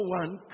one